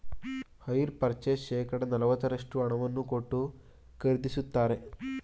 hire purchase ಶೇಕಡ ನಲವತ್ತರಷ್ಟು ಹಣವನ್ನು ಕೊಟ್ಟು ಖರೀದಿಸುತ್ತಾರೆ